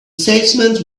salesman